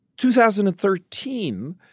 2013